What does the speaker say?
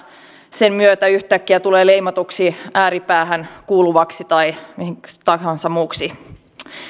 sen myötä yhtäkkiä tulee leimatuksi ääripäähän kuuluvaksi tai miksi tahansa muuksi